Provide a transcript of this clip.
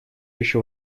еще